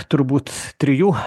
turbūt trijų